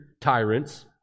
tyrants